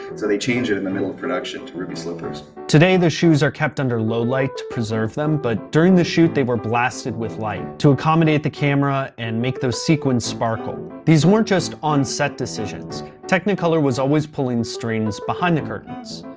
so they changed it at and the middle of production to ruby slippers. today, the shoes are kept under low light to preserve them, but during the shoot they were blasted with light to accommodate the camera and make those sequins sparkle. these weren't just on-set decisions technicolor was always pulling strings behind the curtains.